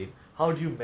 mm